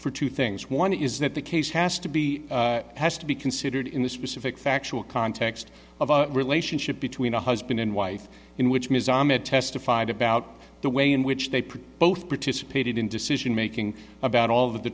for two things one is that the case has to be has to be considered in the specific factual context of a relationship between a husband and wife in which ms ahmed testified about the way in which they both participated in decision making about all of the